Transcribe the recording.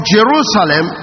Jerusalem